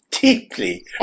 deeply